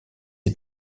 est